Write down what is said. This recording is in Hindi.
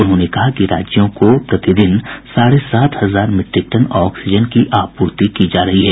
उन्होंने कहा कि राज्यों को रोजाना साढ़े सात हजार मीट्रिक टन ऑक्सीजन की आपूर्ति की जा रही है